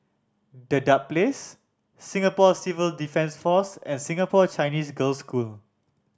Dedap Place Singapore Civil Defence Force and Singapore Chinese Girls' School